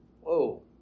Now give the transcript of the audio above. Whoa